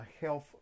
health